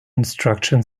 instruction